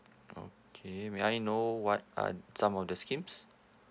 okay may I know what are some of the schemes